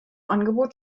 angebot